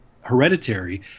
Hereditary